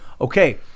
Okay